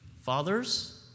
fathers